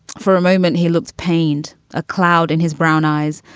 for a moment, he looked pained. a cloud in his brown eyes.